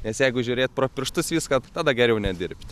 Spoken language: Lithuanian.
nes jeigu žiūrėti pro pirštus viską tada geriau nedirbti